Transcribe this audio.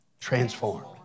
transformed